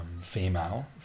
female